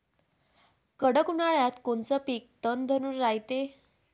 कडक उन्हाळ्यात कोनचं पिकं तग धरून रायते?